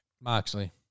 Moxley